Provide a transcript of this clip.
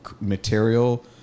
material